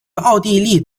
奥地利